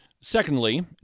Secondly